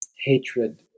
hatred